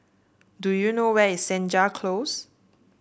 do you know where is Senja Close